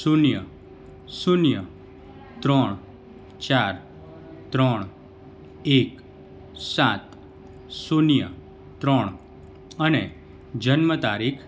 શૂન્ય શૂન્ય ત્રણ ચાર ત્રણ એક સાત શૂન્ય ત્રણ અને જન્મ તારીખ